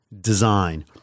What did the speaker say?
design